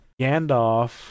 Gandalf